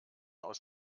aus